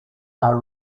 are